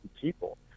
people